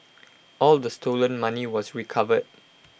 all the stolen money was recovered